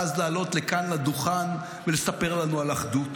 ואז לעלות לכאן לדוכן ולספר לנו על אחדות.